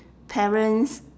parents